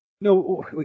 No